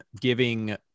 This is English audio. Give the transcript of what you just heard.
giving